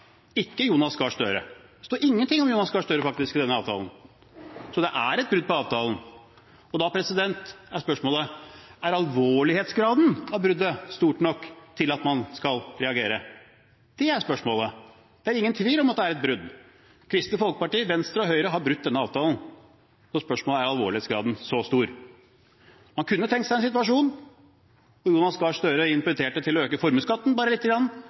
ikke om Jonas Gahr Støre. Det står ingenting om Jonas Gahr Støre, faktisk, i denne avtalen. Så det er et brudd på avtalen. Og da er spørsmålet: Er alvorlighetsgraden av bruddet stor nok til at man skal reagere? Det er spørsmålet. Det er ingen tvil om at det er et brudd. Kristelig Folkeparti, Venstre og Høyre har brutt denne avtalen, så spørsmålet er om alvorlighetsgraden er så stor. Man kunne tenkt seg en situasjon hvor Jonas Gahr Støre inviterte til å øke formuesskatten bare lite grann,